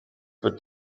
wird